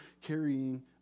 carrying